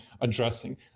addressing